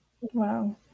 Wow